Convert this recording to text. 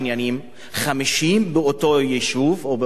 50 באותו יישוב או באותה התנחלות